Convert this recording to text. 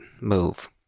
move